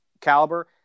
caliber